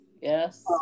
Yes